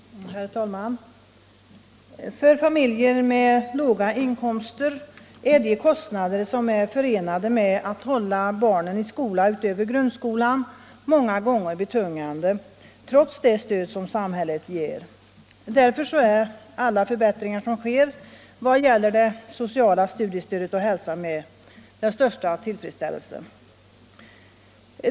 Herr talman! För familjer med låga inkomster är de kostnader som är förenade med att hålla barnen i skola utöver grundskolan många gånger betungande, trots det stöd som samhället ger. Därför är alla förbättringar som sker vad gäller det sociala studiestödet att hälsa med den största tillfredsställelse.